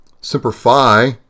simplify